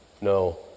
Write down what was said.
No